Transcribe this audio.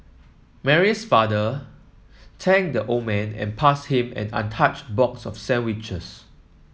Mary's father thanked the old man and passed him an untouched box of sandwiches